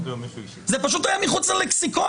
המחשבה הזאת פשוט הייתה מחוץ ללכסיקון.